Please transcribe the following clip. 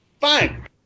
fine